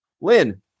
Lynn